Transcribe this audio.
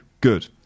Good